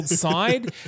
side